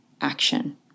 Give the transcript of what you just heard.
action